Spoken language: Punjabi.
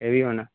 ਇਹ ਵੀ ਹੁਣ